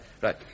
right